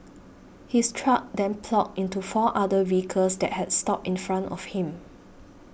his truck then ploughed into four other vehicles that had stopped in front of him